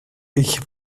ich